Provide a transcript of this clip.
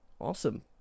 Awesome